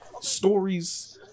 stories